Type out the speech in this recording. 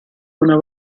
una